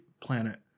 planet